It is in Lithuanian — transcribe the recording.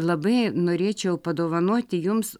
labai norėčiau padovanoti jums